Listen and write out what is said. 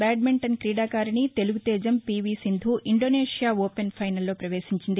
badminton క్రీడాకారిణి తెలుగు తేజం PV Sindhu Indonesia Open ఫైనల్లో భారత ప్రపేశించింది